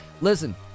Listen